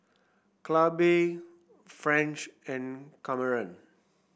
Clabe French and Kamren